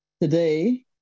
today